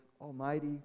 almighty